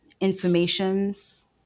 informations